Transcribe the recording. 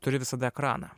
turi visada ekraną